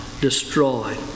destroyed